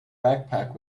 backpack